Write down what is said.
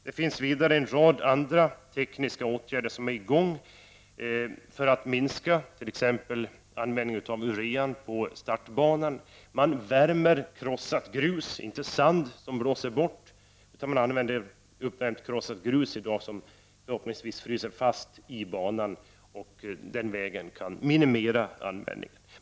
Det finns vidare en rad andra tekniska åtgärder i gång för att minska t.ex. användning av uren på startbanan. Man värmer upp krossat grus, inte sand som blåser bort. Man använder uppvärmt krossat grus, som förhoppningsvis fryser fast i banan. Den vägen kan man minimera använd ningen.